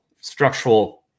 structural